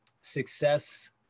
Success